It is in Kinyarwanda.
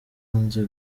arenze